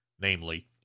namely